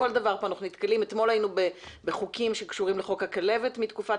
אתמול היינו בחוקים שקשורים לחוק הכלבת מתקופת